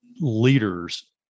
leaders